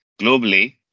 globally